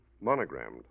Monogrammed